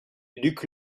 luc